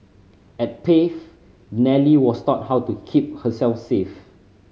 at Pave Nellie was taught how to keep herself safe